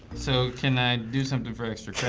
so can i do something for extra credit?